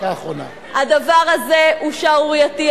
הדבר הזה הוא שערורייתי,